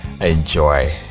enjoy